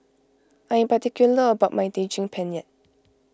I am particular about my Daging Penyet